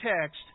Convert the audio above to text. text